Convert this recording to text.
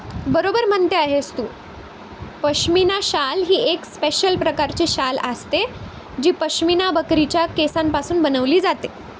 बरोबर म्हणते आहेस तू पश्मिना शाल ही एक स्पेशल प्रकारची शाल असते जी पश्मिना बकरीच्या केसांपासून बनवली जाते